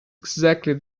exactly